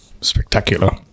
spectacular